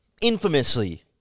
infamously